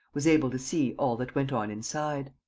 was able to see all that went on inside.